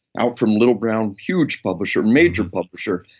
out from little brown, huge publisher, major publisher,